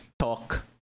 Talk